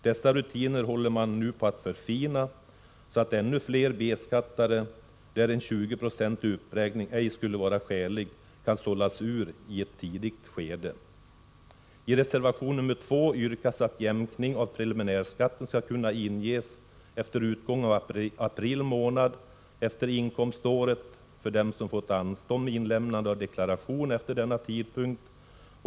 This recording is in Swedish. Dessa rutiner håller man nu på att förfina, så att ännu fler B-skattare för vilka en 20-procentig uppräkning ej skulle vara skälig kan sållas ut i ett tidigt skede. I reservation nr 2 yrkas att ansökan om jämkning av preliminärskatten skall kunna inges efter utgången av april månad året efter inkomståret för dem som fått anstånd med inlämnande av deklarationen efter denna tidpunkt.